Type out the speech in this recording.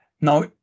Now